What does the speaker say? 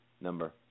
number